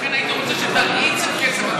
לכן, הייתי רוצה שתאיץ את קצב הדיבור.